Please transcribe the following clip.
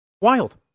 Wild